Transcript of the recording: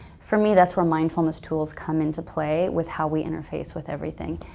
for me that's when mindfulness tools come into play with how we interface with everything.